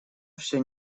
все